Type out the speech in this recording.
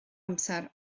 amser